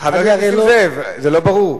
חבר הכנסת נסים זאב, זה לא ברור?